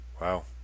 Wow